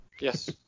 Yes